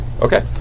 Okay